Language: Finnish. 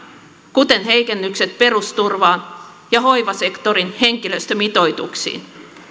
kuten heikennykset perusturvaan ja hoivasektorin henkilöstömitoituksiin